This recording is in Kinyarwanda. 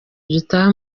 gitaha